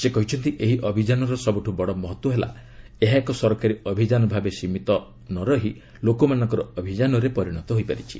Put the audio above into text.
ସେ କହିଛନ୍ତି ଏହି ଅଭିଯାନର ସବୁଠୁ ବଡ଼ ମହତ୍ୱ ହେଲା ଏହା ଏକ ସରକାରୀ ଅଭିଯାନ ଭାବେ ସିମିତ ନ ରହି ଲୋକମାନଙ୍କର ଅଭିଯାନରେ ପରିଣତ ହୋଇପାରିଛି